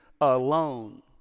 alone